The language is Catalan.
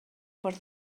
per